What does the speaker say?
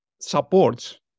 supports